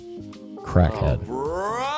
crackhead